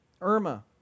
Irma